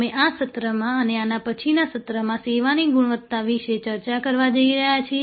અમે આ સત્રમાં અને પછીના સત્રમાં સેવાની ગુણવત્તા વિશે ચર્ચા કરવા જઈ રહ્યા છીએ